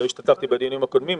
לא השתתפתי בדיונים הקודמים,